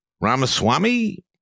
Ramaswamy